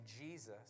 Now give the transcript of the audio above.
Jesus